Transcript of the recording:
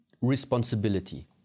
Responsibility